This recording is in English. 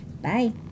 Bye